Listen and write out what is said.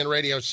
Radio